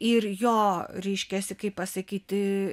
ir jo reiškiasi kaip pasakyti